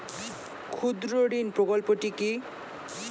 ক্ষুদ্রঋণ প্রকল্পটি কি?